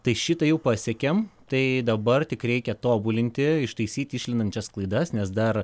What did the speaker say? tai šitą jau pasiekėm tai dabar tik reikia tobulinti ištaisyti išlendančias klaidas nes dar